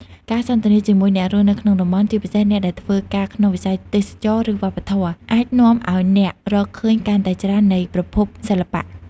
ការសន្ទនាជាមួយអ្នករស់នៅក្នុងតំបន់ ជាពិសេសអ្នកដែលធ្វើការក្នុងវិស័យទេសចរណ៍ ឬវប្បធម៌ អាចនាំឲ្យអ្នករកឃើញកាន់តែច្រើននៃប្រភពសិល្បៈ។